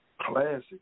classic